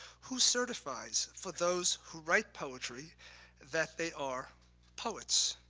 who certifies for those who write poetry that they are poets?